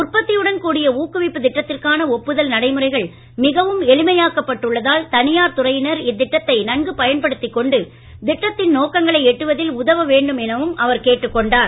உற்பத்தியுடன் கூடிய ஊக்குவிப்புத் திட்டத்திற்கான ஒப்புதல் நடைமுறைகள் மிகவும் எளிமையாக்கப்பட்டு உள்ளதால் தனியார் துறையினர் இத்திட்டத்தை நன்கு பயன்படுத்திக் கொண்டு திட்டத்தின் நோக்கங்களை எட்டுவதில் உதவ வேண்டும் என அவர் கேட்டுக் கொண்டார்